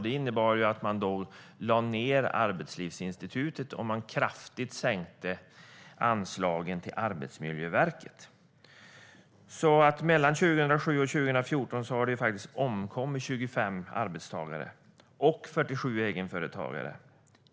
Det innebar att man lade ned Arbetslivsinstitutet och kraftigt sänkte anslagen till Arbetsmiljöverket. Mellan 2007 och 2014 har 25 arbetstagare och 47 egenföretagare omkommit